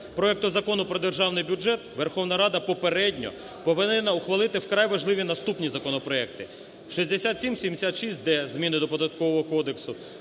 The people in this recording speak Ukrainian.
проекту Закону про державний бюджет Верховна Рада попередньо повинна ухвалити вкрай важливі наступні законопроекти. 6776-д, зміни до Податкового кодексу.